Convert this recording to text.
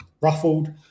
ruffled